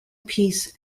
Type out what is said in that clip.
peace